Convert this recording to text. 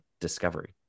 discovery